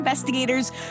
Investigators